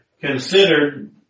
considered